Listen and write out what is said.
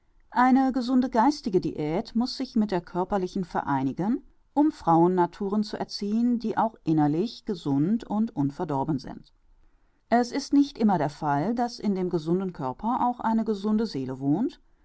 eine gesunde geistige diät muß sich mit der körperlichen vereinigen um frauennaturen zu erziehen die auch innerlich gesund und unverdorben sind es ist nicht immer der fall daß in dem gesunden körper auch eine gesunde seele wohnt